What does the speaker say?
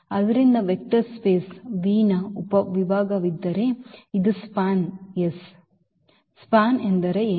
ಆದ್ದರಿಂದ vector space V ನ ಉಪವಿಭಾಗವಾಗಿದ್ದರೆ ಇದು SPAN ಹೌದು SPAN ಎಂದರೇನು